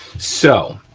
so,